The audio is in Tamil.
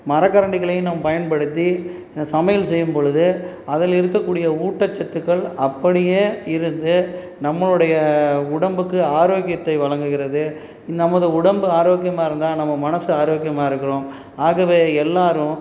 மரக்கரண்டிகளையும் நாம் பயன்படுத்தி சமையல் செய்யும்பொழுது அதில் இருக்கக்கூடிய ஊட்டச்சத்துக்கள் அப்படியே இருந்து நம்மளுடைய உடம்புக்கு ஆரோக்கியத்தை வழங்குகிறது நமது உடம்பு ஆரோக்கியமாக இருந்தால் நம்ம மனசு ஆரோக்கியமாக இருக்கும் ஆகவே எல்லோரும்